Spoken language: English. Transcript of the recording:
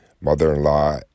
mother-in-law